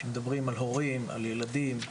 כשמדברים על הורים, על ילדים,